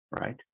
Right